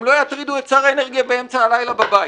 הם לא יטרידו את שר האנרגיה באמצע הלילה בבית.